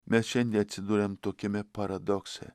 mes šiandien atsiduriam tokiame paradokse